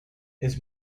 his